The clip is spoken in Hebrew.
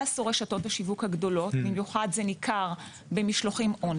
מה עשו רשתות השיווק הגדולות במיוחד זה ניכר במשלוחים און